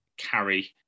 carry